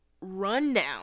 rundown